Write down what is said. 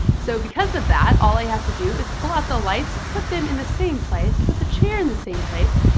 so because of that, all i have to do is pull out the lights, put them in the same place, put the chair in the same place,